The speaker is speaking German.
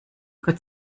gott